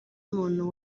umuntu